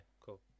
cool